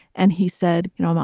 and he said, you know, ah